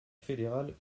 fédérales